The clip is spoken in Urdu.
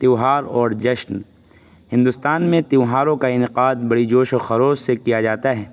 تیوہار اور جشن ہندوستان میں تیوہاروں کا انعقاد بڑی جوش و خروش سے کیا جاتا ہے